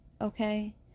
okay